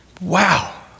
Wow